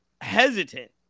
hesitant